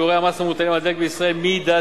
שיעורי המס המוטלים על דלק בישראל מידתיים,